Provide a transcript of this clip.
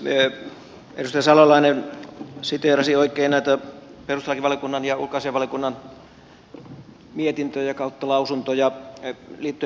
edustaja salolainen siteerasi oikein näitä perustuslakivaliokunnan ja ulkoasiainvaliokunnan mietintöjä ja lausuntoja liittyen perustuslakiuudistukseen